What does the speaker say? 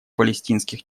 палестинских